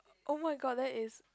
oh-my-god that is